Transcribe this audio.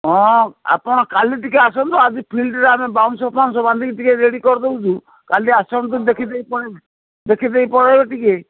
ହଁ ଆପଣ କାଲି ଟିକେ ଆସନ୍ତୁ ଆଜି ଫିଲ୍ଡରେ ଆମେ ବାଉଶ ଫାଉଁସ ବାନ୍ଧିକି ଟିକେ ରେଡ଼ି କରିଦେଉଛୁ କାଲି ଆସନ୍ତୁ ଦେଖିଦେଇ ପଳେଇବ ଦେଖିଦେଇ ପଳେଇବ ଟିକେ